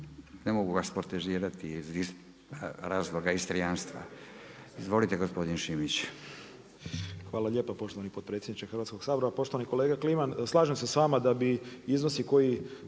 Ne mogu vas protežirati iz razloga istrijanstva. Izvolite gospodin Šimić. **Šimić, Miroslav (MOST)** Hvala lijepa poštovani potpredsjedniče Hrvatskog sabora. Poštovani kolega Kliman, slažem se sa vama da bi iznosi koji